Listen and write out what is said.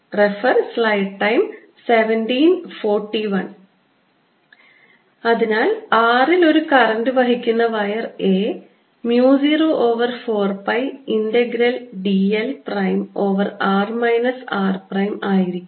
adl|r r|0I4πdl|r r| അതിനാൽ r ൽ ഒരു കറന്റ് വഹിക്കുന്ന wire A mu 0 over 4 pi integration d l prime over r minus r prime ആയിരിക്കും